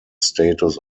status